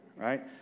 Right